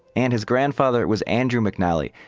and his grandfather was andrew mcnally,